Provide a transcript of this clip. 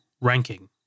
ranking